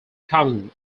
common